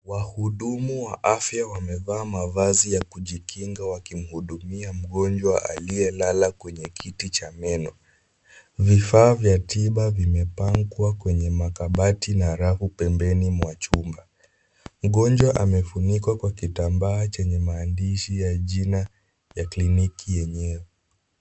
Wahudumu wa afya wamevaa mavazi ya kujikinga wakimhudumia mgonjwa aliyelala kwenye kiti cha meno. Vifaa vya tiba vimepangwa kwenye makabati na rafu pembeni mwa chumba. Mgonjwa amefunikwa kwa kitambaa chenye maandishi ya jina ya kliniki yenyewe.